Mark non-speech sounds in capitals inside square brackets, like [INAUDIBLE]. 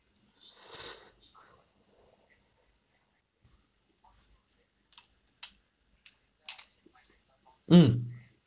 [NOISE] mm